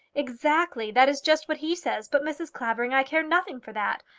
exactly. that is just what he says. but, mrs. clavering, i care nothing for that.